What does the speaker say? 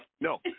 No